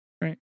Right